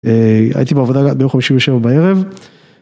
הייתי בעבודה ביום חמישי בשבע בערב.